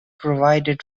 provided